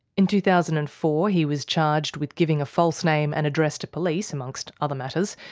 in two thousand and four he was charged with giving a false name and address to police, amongst other matters.